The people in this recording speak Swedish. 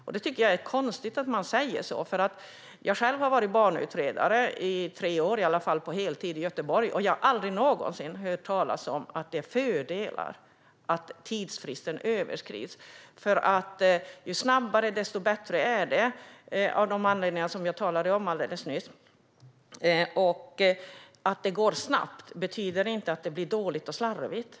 Jag tycker att det är konstigt att man säger så. Jag har själv varit barnutredare på heltid i tre år i Göteborg, och jag har aldrig någonsin hört talas om att det är fördelar med att tidsfristen överskrids. Ju snabbare, desto bättre är det, av de anledningar som jag talade om alldeles nyss. Att det går snabbt betyder inte att det blir dåligt och slarvigt.